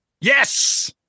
Yes